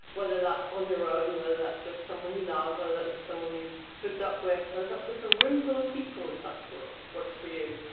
whether that's on your own, whether that's with someone you love, whether that's just someone you've hooked up with, whether that's with a roomful of people, if that's what works for you,